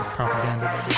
propaganda